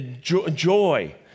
Joy